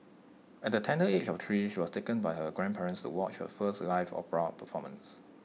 at the tender age of three she was taken by her grandparents to watch her first live opera performance